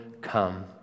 come